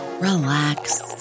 relax